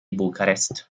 bucarest